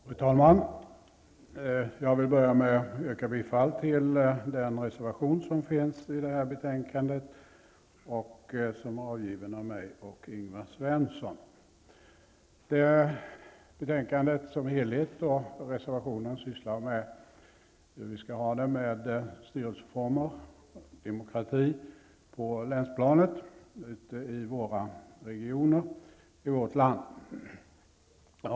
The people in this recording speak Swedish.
Fru talman! Jag vill börja med att yrka bifall till den reservation som finns i det här betänkandet och som är avgiven av mig och Ingvar Svensson. Betänkandet som helhet och reservationen sysslar med hur vi skall ha det med styrelseformer, demokrati på länsplanet, ute i regionerna i vårt land.